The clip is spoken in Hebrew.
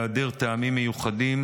בהיעדר טעמים מיוחדים,